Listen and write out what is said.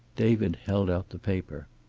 david held out the paper.